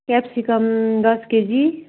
capsicum दस KG